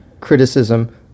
criticism